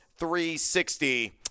360